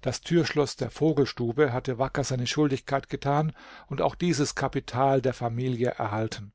das thürschloß der vogelstube hatte wacker seine schuldigkeit gethan und auch dieses kapital der familie erhalten